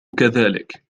كذلك